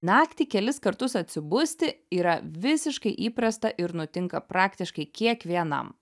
naktį kelis kartus atsibusti yra visiškai įprasta ir nutinka praktiškai kiekvienam